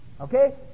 okay